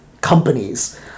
companies